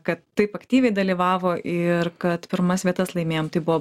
kad taip aktyviai dalyvavo ir kad pirmas vietas laimėjom tai buvo